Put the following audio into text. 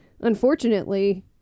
unfortunately